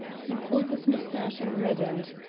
he pulled his moustache and reddened.